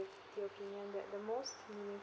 opinion that the most